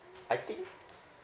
uh I think